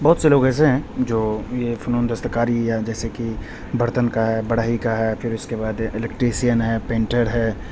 بہت سے لوگ ایسے ہیں جو یہ فنون دستکاری یا جیسے کہ برتن کا ہے بڑھئی کا ہے پھر اس کے بعد الیکٹریسین ہے پینٹر ہے